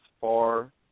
far